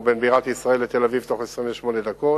בין בירת ישראל לתל-אביב בתוך 28 דקות.